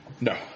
No